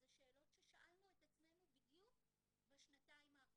אלה שאלות ששאלנו את עצמנו בשנתיים האחרונות.